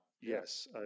Yes